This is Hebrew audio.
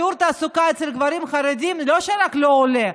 שיעור התעסוקה אצל גברים חרדים לא רק שהוא לא עולה,